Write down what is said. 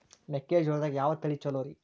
ಮೆಕ್ಕಿಜೋಳದಾಗ ಯಾವ ತಳಿ ಛಲೋರಿ?